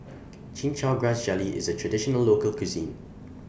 Chin Chow Grass Jelly IS A Traditional Local Cuisine